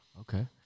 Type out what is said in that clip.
okay